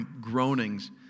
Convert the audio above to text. groanings